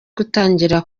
gutangira